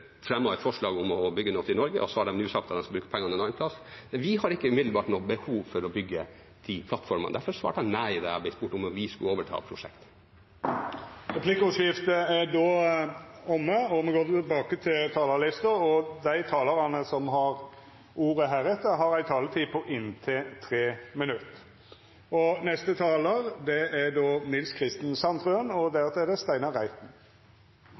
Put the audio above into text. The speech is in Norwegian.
et forslag om å bygge noe i Norge, og så har de nå sagt at de skal bruke pengene en annen plass. Vi har umiddelbart ikke noe behov for å bygge de plattformene. Derfor svarte jeg nei da jeg ble spurt om vi skulle overta prosjektet. Replikkordskiftet er omme. Dei talarane som heretter får ordet, har ei taletid på inntil 3 minutt. Det er vår felles oppgave her på Stortinget å sørge for en bedre styring av landet vårt. Forskjellene mellom folk øker. Norsk økonomi blir stadig mer oljeavhengig, og